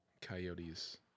Coyotes